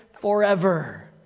forever